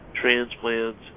transplants